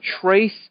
trace